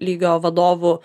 lygio vadovų